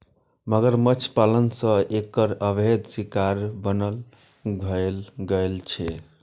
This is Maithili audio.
मगरमच्छ पालन सं एकर अवैध शिकार बन्न भए गेल छै